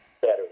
better